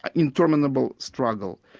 ah interminable struggle,